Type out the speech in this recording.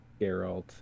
Geralt